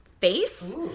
face